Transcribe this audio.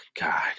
God